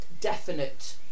definite